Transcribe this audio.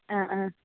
ആ ആ